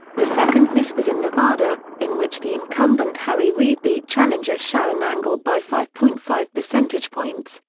the second miss was in nevada, in which the incumbent harry reid beat challenger sharron angle by five point five percentage points,